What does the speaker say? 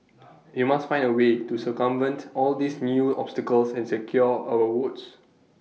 we must find A way to circumvent all these new obstacles and secure our votes